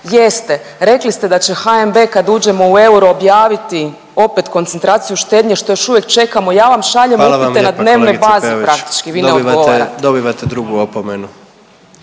Jeste, rekli ste da će HNB kad uđemo u euro objaviti opet koncentraciju štednje što još uvijek čekamo ja vam šaljem upite…/Upadica predsjednik: Hvala vam lijepo